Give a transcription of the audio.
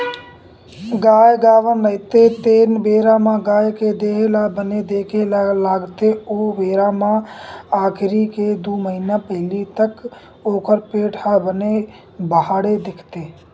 गाय गाभिन रहिथे तेन बेरा म गाय के देहे ल बने देखे ल लागथे ओ बेरा म आखिरी के दू महिना पहिली तक ओखर पेट ह बने बाड़हे दिखथे